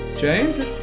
James